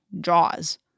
jaws